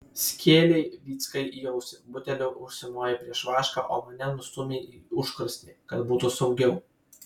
skėlei vyckai į ausį buteliu užsimojai prieš vašką o mane nustūmei į užkrosnį kad būtų saugiau